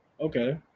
Okay